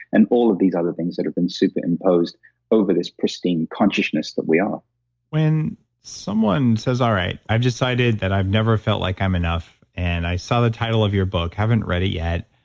and all of these other things that have been superimposed over this pristine consciousness that we are when someone says, all right, i've decided that i've never felt like i'm enough. and i saw the title of your book, haven't read it yet.